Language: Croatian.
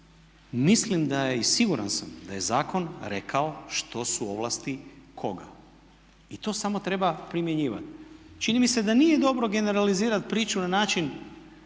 mislim da je i siguran sam da je zakon rekao što su ovlasti koga. I to samo treba primjenjivati. Čini mi se da nije dobro generalizirati priču na način